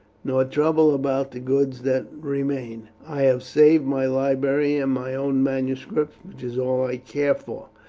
nor trouble about the goods that remain. i have saved my library and my own manuscripts, which is all i care for.